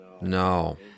No